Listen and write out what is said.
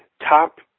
top